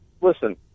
listen